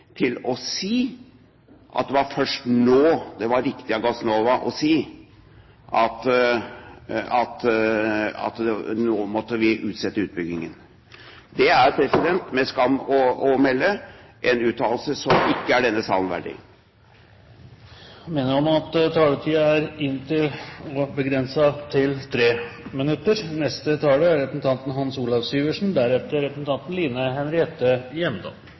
til å si at det var først nå det var riktig av Gassnova å si at man måtte utsette utbyggingen. Det er med skam å melde en uttalelse som ikke er denne salen verdig. Presidenten vil minne om at taletiden er begrenset til 3 minutter. Jeg synes også det kan være grunn til å dvele ved opplysningsplikten og dens innhold. La meg først imidlertid rette en liten historisk en passant til